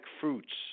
fruits